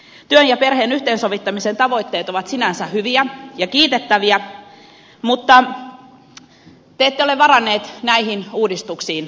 työn ja perheen yhteensovittamisen tavoitteet ovat sinänsä hyviä ja kiitettäviä mutta te ette ole varanneet näihin uudistuksiin rahaa